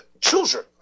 children